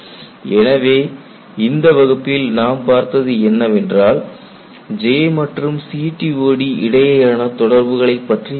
எனவே இந்த வகுப்பில் நாம் பார்த்தது என்னவென்றால் J மற்றும் CTOD இடையேயான தொடர்புகளைப் பற்றி பார்த்தோம்